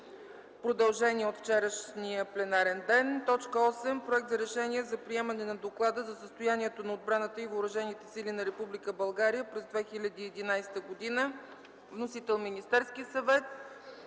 продължение от вчерашния пленарен ден.